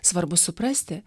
svarbu suprasti